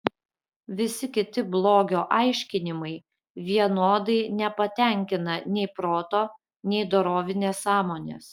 visi kiti blogio aiškinimai vienodai nepatenkina nei proto nei dorovinės sąmonės